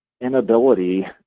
inability